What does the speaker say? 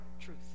truth